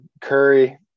Curry